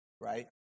right